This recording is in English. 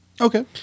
Okay